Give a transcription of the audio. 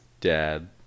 dad